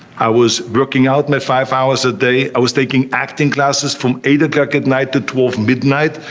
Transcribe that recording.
i was working out my five hours a day, i was taking acting classes from eight o'clock at night to twelve midnight.